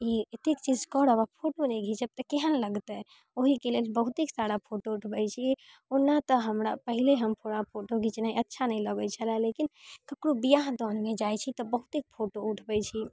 ई एतेक चीज करब फोटो नहि घीचब तऽ केहन लगतै ओहीके लेल बहुतेक सारा फोटो उठबै छी ओना तऽ हमरा पहिले हम पूरा फोटो घीचनाय अच्छा नहि लगै छलयै लेकिन ककरो बियाह दानमे जाइ छी तऽ बहुतेक फोटो उठबै छी